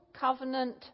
covenant